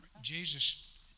Jesus